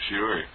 Sure